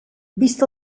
vist